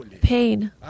pain